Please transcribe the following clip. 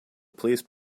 please